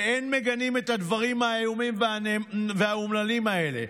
ואין מגנים את הדברים האיומים והאומללים האלה.